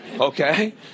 okay